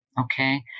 Okay